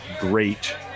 great